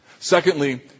Secondly